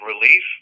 relief